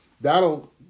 that'll